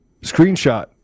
screenshot